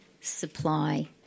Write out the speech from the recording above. supply